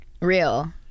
Real